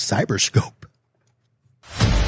Cyberscope